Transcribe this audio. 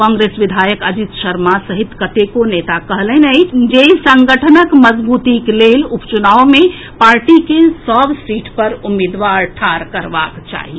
कांग्रेस विधायक अजित शर्मा सहित कतेको नेता कहलनि अछि जे संगठनक मजगूतीक लेल उपचुनाव मे पार्टीक सभ सीट पर उम्मीदवार ठाढ़ करबाक चाही